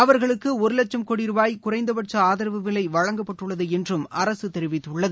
அவர்களுக்கு ஒரு லட்சம் கோடி ரூபாய் குறைந்தபட்ச ஆதரவு விலை வழங்கப்பட்டுள்ளது என்று அரசு தெரிவித்துள்ளது